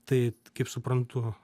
tai kaip suprantu